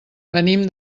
venim